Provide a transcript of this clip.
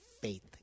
faith